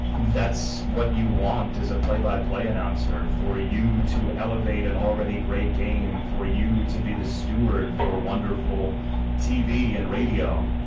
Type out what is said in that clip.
that's what you want as a play-by-play announcer for you to elevate an already great game, for you to be the steward for wonderful tv and radio.